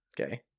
Okay